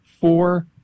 four